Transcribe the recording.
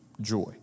joy